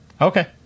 Okay